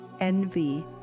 envy